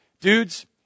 dudes